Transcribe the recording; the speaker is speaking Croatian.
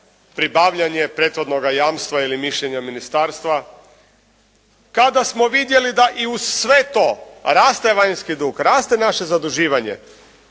pribavljanje prethodnoga jamstva ili mišljenja ministarstva. Kada smo vidjeli da i uz sve to raste vanjski dug, raste naše zaduživanje